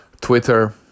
Twitter